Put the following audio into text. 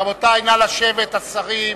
רבותי, נא לשבת, השרים,